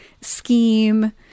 scheme